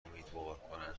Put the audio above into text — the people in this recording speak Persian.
امیدوارکننده